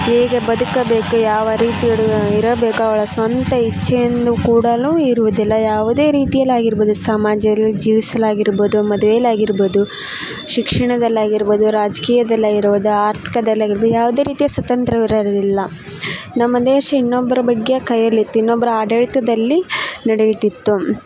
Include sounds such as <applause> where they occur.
ಹೇಗೆ ಬದುಕಬೇಕು ಯಾವ ರೀತಿ <unintelligible> ಇರಬೇಕು ಅವಳ ಸ್ವಂತ ಇಚ್ಛೆಯನ್ನು ಕೂಡಲೂ ಇರುವುದಿಲ್ಲ ಯಾವುದೇ ರೀತಿಯಲ್ಲಾಗಿರಬೋದು ಸಮಾಜಲ್ಲಿ ಜೀವಿಸಲಾಗಿರಬೋದು ಮದ್ವೇಲಿ ಆಗಿರಬೋದು ಶಿಕ್ಷಣದಲ್ಲಾಗಿರಬೋದು ರಾಜ್ಕೀಯದಲ್ಲಾಗಿರಬೋದು ಆರ್ಥಿಕದಲ್ಲಾಗಿರಬೋದು ಯಾವುದೇ ರೀತಿಯ ಸ್ವತಂತ್ರವಿರಲಿಲ್ಲ ನಮ್ಮ ದೇಶ ಇನ್ನೊಬ್ಬರ ಬಗ್ಗೆ ಕೈಯಲಿತ್ತು ಇನ್ನೊಬ್ಬರ ಆಡಳಿತದಲ್ಲಿ ನಡೆಯುತ್ತಿತ್ತು